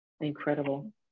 incredible